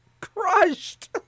crushed